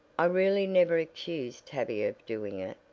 i really never accused tavia of doing it,